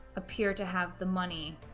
appear to have the money